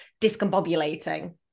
discombobulating